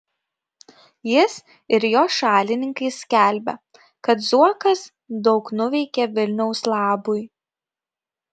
jis ir jo šalininkai skelbia kad zuokas daug nuveikė vilniaus labui